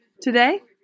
today